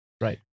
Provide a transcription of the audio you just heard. Right